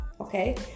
okay